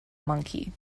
monkey